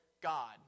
God